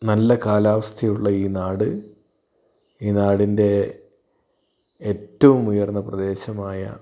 നല്ല കാലാവസ്ഥയുള്ള ഈ നാട് ഈ നാടിൻ്റെ ഏറ്റവും ഉയർന്ന പ്രദേശമായ